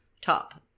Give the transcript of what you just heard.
top